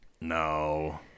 No